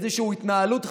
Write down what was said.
איזושהי התנהלות חדשה,